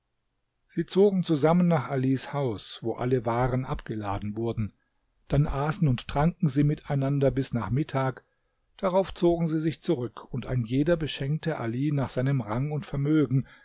sie zogen zusammen nach alis haus wo alle waren abgeladen wurden dann aßen und tranken sie miteinander bis nach mittag darauf zogen sie sich zurück und ein jeder beschenkte all nach seinem rang und vermögen